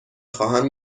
خواهم